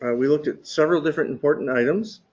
ah we looked at several different important items.